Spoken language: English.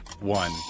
one